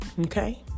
Okay